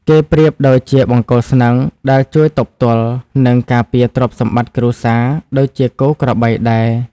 គេប្រៀបដូចជាបង្គោលស្នឹងដែលជួយទប់ទល់ និងការពារទ្រព្យសម្បត្តិគ្រួសារ ដូចជាគោក្របីដែរ។